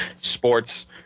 sports